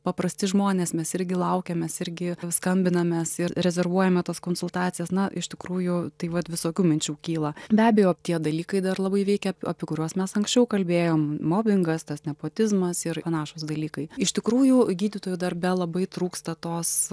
paprasti žmonės mes irgi laukiam mes irgi skambinamės ir rezervuojame tas konsultacijas na iš tikrųjų tai vat visokių minčių kyla be abejo tie dalykai dar labai veikia apie kuriuos mes anksčiau kalbėjom mobingas tas nepotizmas ir panašūs dalykai iš tikrųjų gydytojų darbe labai trūksta tos